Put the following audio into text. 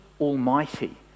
Almighty